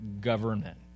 government